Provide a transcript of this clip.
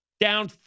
down